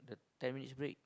ten minutes break